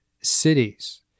cities